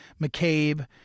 McCabe